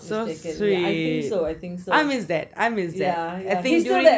so sweet I miss that I miss that I think during